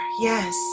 yes